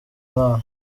none